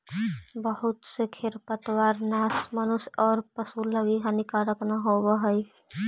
बहुत से खेर पतवारनाश मनुष्य औउर पशु लगी हानिकारक न होवऽ हई